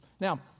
Now